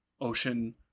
ocean